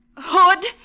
Hood